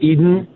Eden